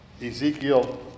Ezekiel